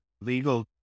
legal